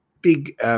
big